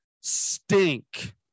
stink